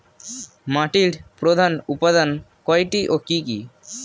মাটির প্রধান উপাদান কয়টি ও কি কি?